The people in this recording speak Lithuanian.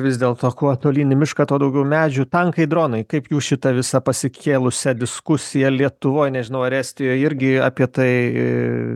vis dėl to kuo tolyn į mišką tuo daugiau medžių tankai dronai kaip jūs šitą visą pasikėlusią diskusiją lietuvoj nežinau ar estijoj irgi apie tai